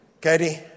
Katie